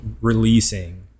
releasing